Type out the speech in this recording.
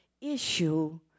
issue